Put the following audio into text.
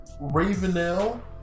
Ravenel